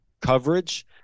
coverage